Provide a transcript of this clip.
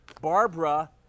Barbara